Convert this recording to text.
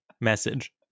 message